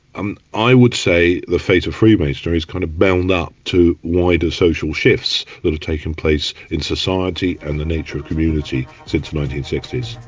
and i would say the fate of freemasonry is kind of bound up to wider social shifts that are taking place in society and the nature of community since the nineteen sixty s.